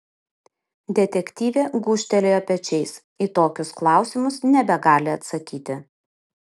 detektyvė gūžtelėjo pečiais į tokius klausimus nebegali atsakyti